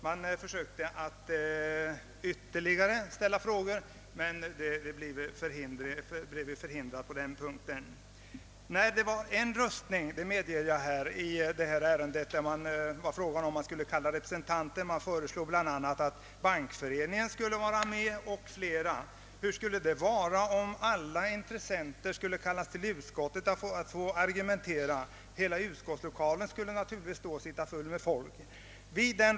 Jag medger att det förekom en röstning i frågan huruvida representanter skulle kallas till utskottet; det hade föreslagits att Bankföreningen med flera skulle få vara med. Men hur skulle det bli om alla intressenter kallades till utskottet för att argumentera! Utskottslokalen skulle fyllas med folk.